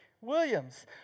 Williams